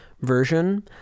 version